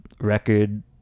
record